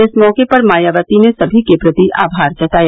इस मौके पर मायावती ने सभी के प्रति आभार जताया